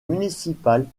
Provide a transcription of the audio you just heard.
municipale